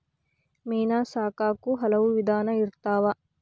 ಮೇನಾ ಸಾಕಾಕು ಹಲವು ವಿಧಾನಾ ಇರ್ತಾವ